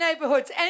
neighborhoods